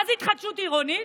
מה זה התחדשות עירונית?